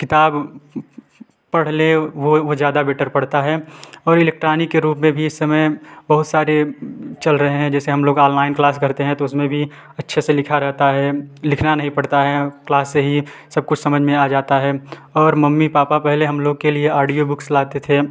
किताब पढ़ ले वो ज़्यादा बेटर पड़ता है और इलेक्ट्रानिक के रूप में भी इस समय बहुत सारे चल रहे हैं जैसे हम लोग ऑनलाइन क्लास करते हैं तो उसमें भी अच्छे से लिखा रहता है लिखना नहीं पड़ता है क्लास से ही सब कुछ समझ में आ जाता है और मम्मी पापा पहले हम लोग के लिए आडिओ बुक्स लाते थे